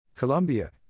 Colombia